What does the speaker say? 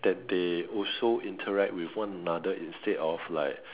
that they also interact with one another instead of like